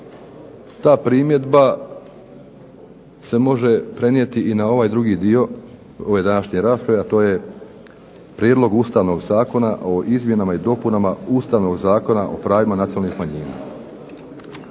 ta primjedba se može prenijeti i na ovaj drugi dio ove današnje rasprave, a to je Prijedlog ustavnog zakona o izmjenama i dopunama Ustavnog zakona o pravima nacionalnih manjina.